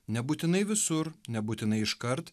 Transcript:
nebūtinai visur nebūtinai iškart